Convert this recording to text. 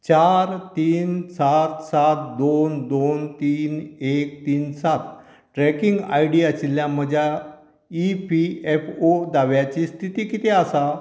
चार तीन सात सात दोन दोन तीन एक तीन सात ट्रॅकिंग आय डी आशिल्ल्या म्हज्या ई पी एफ ओ दाव्याची स्थिती कितें आसा